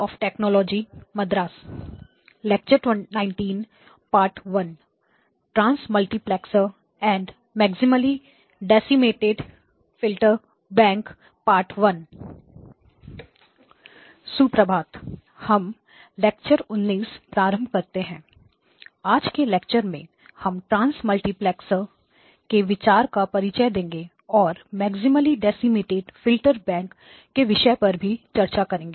आज के लेक्चर में हम ट्रांस मल्टीप्लेक्स के विचार का परिचय देंगे और मैक्सिमली डेसिमटेड फिल्टर बैंक के विषय पर भी चर्चा करेंगे